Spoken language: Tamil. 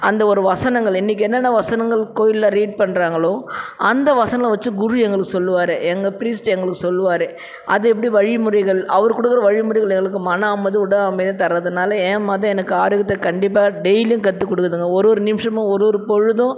அந்த ஒரு வசனங்கள் இன்றைக்கி என்னென்ன வசனங்கள் கோவிலில் ரீட் பண்ணுறாங்களோ அந்த வசனங்களை வச்சி குரு எங்களுக்கு சொல்லுவார் எங்கள் ப்ரிஸ்ட் எங்களுக்கு சொல்லுவார் அது எப்படி வழிமுறைகள் அவர் கொடுக்குற வழிமுறைகள் எங்களுக்கு மன அமைதி உடல் அமைதி தர்றதுனால் என் மதம் எனக்கு ஆரோக்கியத்தை கண்டிப்பாக டெய்லியும் கற்றுக் கொடுக்குதுங்க ஒரு ஒரு நிமிடமும் ஒரு ஒரு பொழுதும்